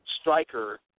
striker